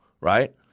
Right